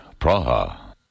Praha